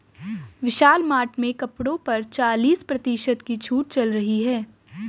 विशाल Mart में कपड़ों पर चालीस प्रतिशत की छूट चल रही है